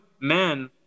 men